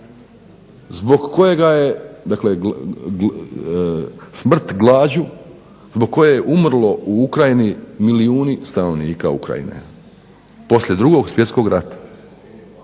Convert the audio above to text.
zbog kojega je dakle smrt glađu zbog koje je umrlo u Ukrajini milijuni stanovnika Ukrajine poslije Drugog svjetskog rata